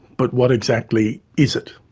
but what exactly is it?